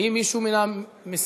האם מישהו מן המשיגים